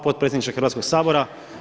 Potpredsjedniče Hrvatskoga sabora!